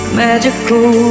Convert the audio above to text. magical